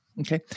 Okay